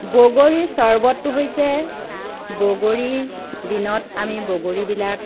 বগৰীৰ চৰ্বতটো হৈছে বগৰীৰ দিনত আমি বগৰীবিলাক